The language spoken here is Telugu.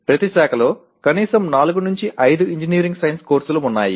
ప్రతి శాఖలో కనీసం 4 5 ఇంజనీరింగ్ సైన్స్ కోర్సులు ఉన్నాయి